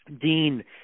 dean